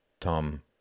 Tom